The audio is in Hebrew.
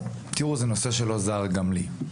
תראו, זה נושא שהוא לא זר גם לי.